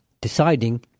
deciding